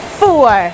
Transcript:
four